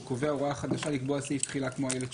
כשהוא קובע הוראה חדשה לקבוע סעיף תחילה כמו איילת שקד.